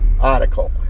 article